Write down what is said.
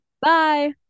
bye